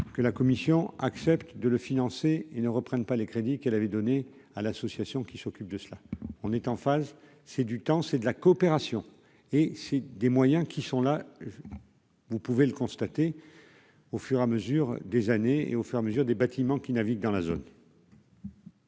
que la commission accepte de le financer, ils ne reprennent pas les crédits qu'elle avait donné à l'association qui s'occupe de cela, on est en phase, c'est du temps, c'est de la coopération et c'est des moyens qui sont là, vous pouvez le constater au fur et à mesure des années, et au fur et à mesure des bâtiments qui navigue dans la zone.